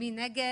מי נגד?